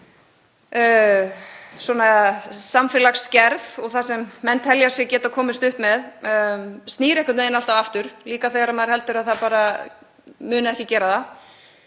ákveðin samfélagsgerð og það sem menn telja sig geta komist upp með, snýr einhvern veginn alltaf aftur, líka þegar maður heldur að það muni ekki gera það.